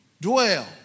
dwell